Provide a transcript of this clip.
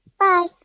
Bye